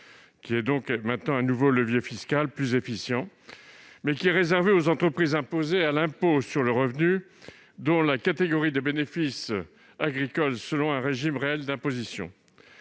de précaution (DEP), nouveau levier fiscal plus efficient réservé aux entreprises imposées à l'impôt sur le revenu dans la catégorie des bénéfices agricoles selon un régime réel d'imposition.